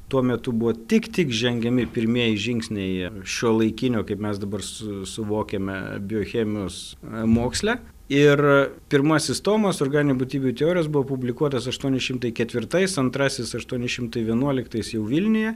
tuo metu buvo tik tik žengiami pirmieji žingsniai šiuolaikinio kaip mes dabar su suvokiame biochemijos moksle ir pirmasis tomas organinių būtybių teorijos buvo publikuotas aštuoni šimtai ketvirtais antrasis aštuoni šimtai vienuoliktais jau vilniuje